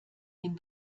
den